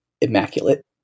immaculate